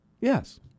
Yes